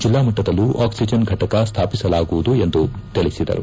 ಜಿಲ್ಲಾ ಮಟ್ಟದಲ್ಲೂ ಆಕ್ಸಿಜನ್ ಘಟಕ ಸ್ಥಾಪಿಸಲಾಗುವುದು ಎಂದು ತಿಳಿಸಿದರು